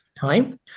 time